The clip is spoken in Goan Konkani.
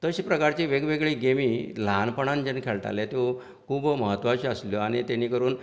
तशी प्रकारची वेगवेगळी गेमी ल्हानपणांत जेन्ना खेळटाले त्यो खूब म्हत्वाच्यो आशिल्ल्यो आनी तेणी करून